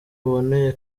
buboneye